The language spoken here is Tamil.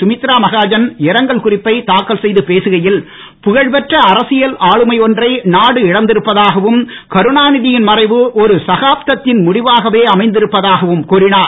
கமித்ரா மகாஜன் இரங்கல் குறிப்பை தாக்கல் செய்து பேசுகையில் புகழ்பெற்ற அரசியல் ஆளுமை ஒன்றை நாடு இழந்திருப்பதாகவும் கருணாநிதியின் மறைவு ஒரு சகாப்தத்தின் முடிவாகவே அமைந்திருப்பதாகவும் கூறினார்